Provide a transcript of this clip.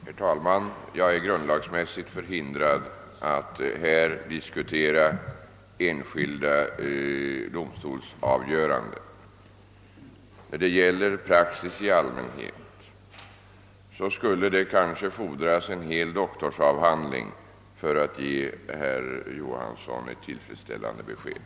Herr talman! Jag är grundlagsmässigt förhindrad att här diskutera enskilda domstolsavgöranden. När det gäller praxis i allmänhet skulle det kanske fordras en hel doktorsavhandling för att ge herr Johansson ett tillfredsställande besked.